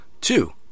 Two